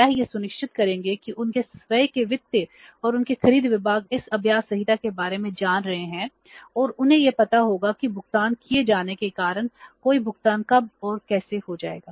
वे यह सुनिश्चित करेंगे कि उनके स्वयं के वित्त और उनके खरीद विभाग इस अभ्यास संहिता के बारे में जान रहे हैं और उन्हें यह पता होगा कि भुगतान किए जाने के कारण कोई भुगतान कब और कैसे हो जाएगा